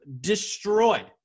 destroyed